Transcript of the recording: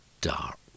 dark